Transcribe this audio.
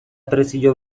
prezio